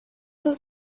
was